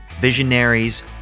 visionaries